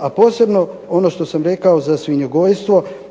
A posebno ono što sam rekao za svinjogojstvo,